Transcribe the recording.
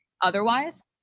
otherwise